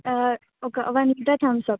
ఒక one litre Thums Up